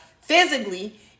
physically